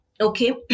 Okay